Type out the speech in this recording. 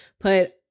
put